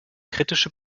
kritische